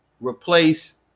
replace